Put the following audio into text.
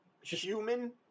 human